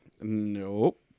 Nope